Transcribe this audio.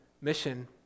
mission